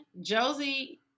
Josie